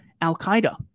Al-Qaeda